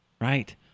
right